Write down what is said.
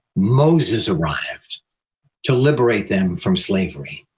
moses arrived to liberate them from slavery.